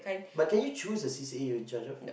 but can you choose a C_C_A you're in charge of